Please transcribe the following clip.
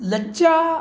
लज्जा